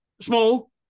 small